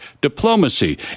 diplomacy